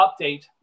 update